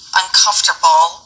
uncomfortable